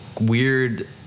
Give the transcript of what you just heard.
weird